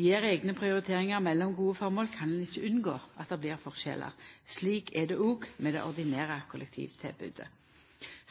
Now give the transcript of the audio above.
gjer sine eigne prioriteringar mellom gode formål, kan ein ikkje unngå at det blir forskjellar. Slik er det òg med det ordinære kollektivtilbodet.